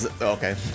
okay